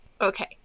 Okay